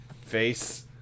face